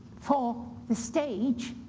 for the stage,